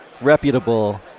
reputable